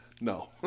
No